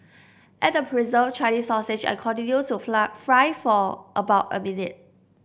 add the preserved Chinese sausage and continue to fly fry for about a minute